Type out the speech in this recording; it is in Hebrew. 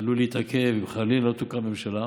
עלול להתעכב אם חלילה לא תוקם ממשלה.